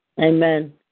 Amen